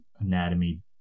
anatomy